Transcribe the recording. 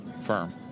firm